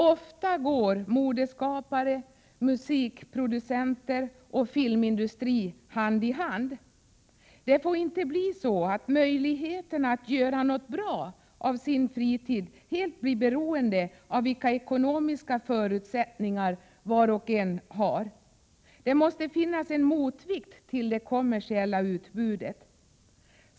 Ofta går modeskapare, musikproducenter och filmindustri hand i hand. Möjligheterna att göra något bra av fritiden får inte bli helt beroende av vilka ekonomiska förutsättningar var och en har. Det måste finnas en motvikt till det kommersiella utbudet.